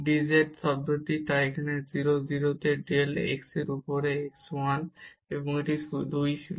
Dz টার্মটি তাই 0 0 এ del x এর উপরে x 1 এবং এটি 2 ছিল